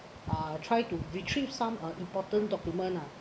uh try to retrieve some uh important document ah